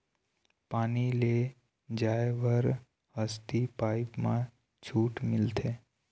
पानी ले जाय बर हसती पाइप मा छूट मिलथे?